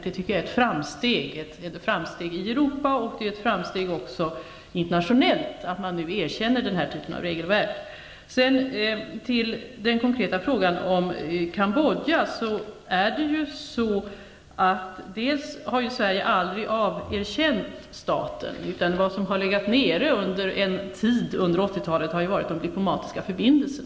Jag tycker att det är ett framsteg i Europa och internationellt att man nu erkänner denna typ av regelverk. Hans Göran Franck ställde en konkret fråga om Cambodja. Sverige har aldrig averkänt staten, men under en tid under 1980-talet förekom det inte några diplomatiska förbindelser.